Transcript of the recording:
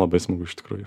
labai smagu iš tikrųjų